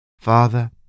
Father